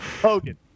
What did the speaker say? Hogan